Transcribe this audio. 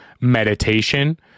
meditation